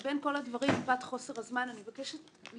מבין כל הדברים אבקש, מפאת חוסר הזמן, להתייחס